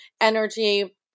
energy